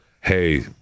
hey